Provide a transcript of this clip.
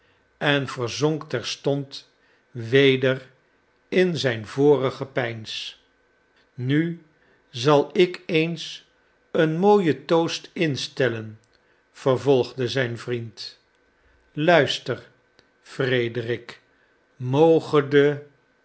en verzonk terstond weder in zijn vorig gepeins nu zal ik eens een mooien toast instellen vervolgde zijn vriend luister frederik